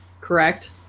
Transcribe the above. correct